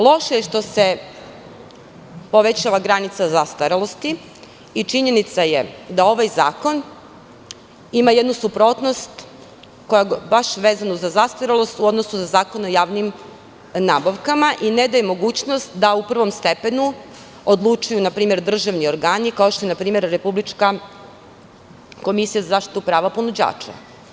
Loše je što se povećava granica zastarelosti i činjenica je da ovaj zakon ima jednu suprotnost vezano za zastarelost, u odnosu na Zakon o javnim nabavkama i ne daje mogućnost da u prvom stepenu odlučuju npr. državni organi kao što je npr. Republička komisija za zaštitu prava ponuđača.